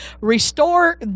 restore